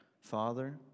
Father